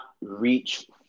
reach